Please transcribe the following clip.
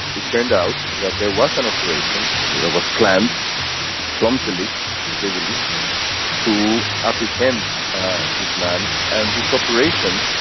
it turned out that there was an operation that was planned clumsily to say the least to apprehend guzman. and this operation.